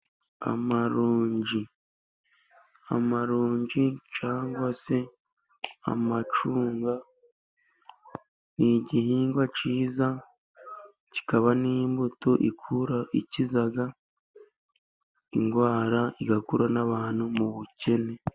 Amarongi, amaronji cyangwa se amacunga ni igihingwa cyiza kikaba n'imbuto ikura ikiza indwara, igakura n'abantu mu bukene.